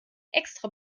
extra